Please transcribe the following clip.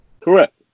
Correct